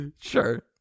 Sure